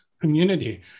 community